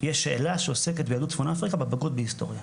יש שאלה שעוסקת ביהדות צפון אפריקה בבגרות בהיסטוריה,